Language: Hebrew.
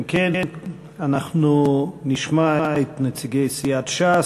אם כן, נשמע את נציגי סיעת ש"ס.